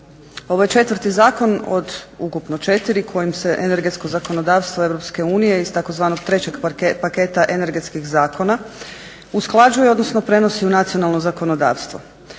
Ovo je četvrti zakon od ukupno četiri kojim se energetsko zakonodavstvo EU iz tzv. trećeg paketa energetskih zakona usklađuje, odnosno prenosi u nacionalno zakonodavstvo.